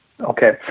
Okay